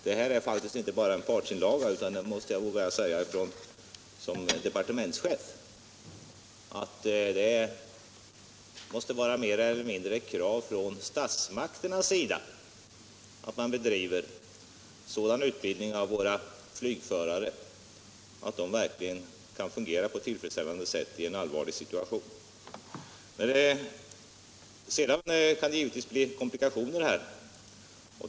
Det här är faktiskt inte bara en partsinlaga, utan jag vågar som departementschef säga att det mer eller mindre måste vara ett krav från statsmakternas sida att våra flygförare får en sådan utbildning att de verkligen kan fungera på ett tillfredsställande sätt i en allvarlig situation. Givetvis kan det här uppstå komplikationer.